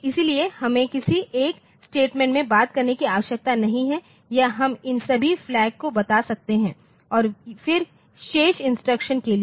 इसलिए हमें किसी एक स्टेटमेंट में बात करने की आवश्यकता नहीं है या हम इन सभी फ्लैग को बता सकते हैं और फिर शेष इंस्ट्रक्शन के लिए